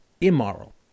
immoral